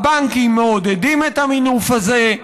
הבנקים מעודדים את המינוף הזה,